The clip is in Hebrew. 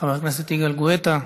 חבר הכנסת יגאל גואטה,